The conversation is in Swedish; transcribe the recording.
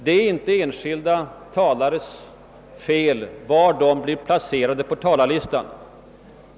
Det är inte enskilda talares fel var på talarlistan de blir placerade.